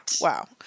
Wow